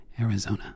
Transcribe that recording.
Arizona